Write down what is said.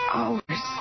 hours